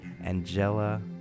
Angela